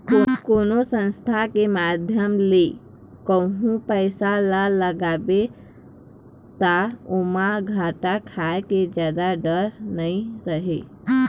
कोनो संस्था के माध्यम ले कहूँ पइसा ल लगाबे ता ओमा घाटा खाय के जादा डर नइ रहय